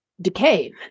decay